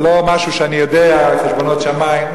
זה לא משהו שאני יודע על חשבונות שמים.